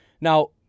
Now